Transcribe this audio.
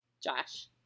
Josh